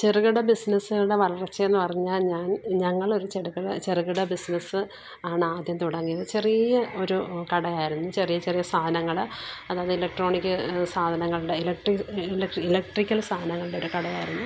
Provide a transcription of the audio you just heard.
ചെറുകിട ബിസ്നസുകളുടെ വളർച്ചയെന്ന് പറഞ്ഞാല് ഞാൻ ഞങ്ങളൊരു ചെറുകിട ചെറുകിട ബിസ്നസ് ആണ് ആദ്യം തുടങ്ങിയത് ചെറിയ ഒരു കടയായിരുന്നു ചെറിയ ചെറിയ സാനങ്ങള് അതായത് ഇലട്രോണിക് സാധനങ്ങളുടെ ഇലക്ട്രിക്കൽ സാധനങ്ങളുടെ ഒരു കടയായിരുന്നു